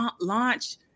launch